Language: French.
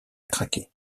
craquer